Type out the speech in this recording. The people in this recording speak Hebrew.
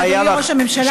אדוני ראש הממשלה,